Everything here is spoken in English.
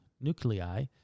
nuclei